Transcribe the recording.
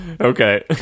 Okay